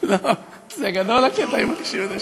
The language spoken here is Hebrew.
זה גדול, הקטע עם השעון.